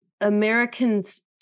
Americans